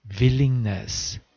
willingness